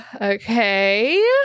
Okay